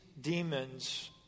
demons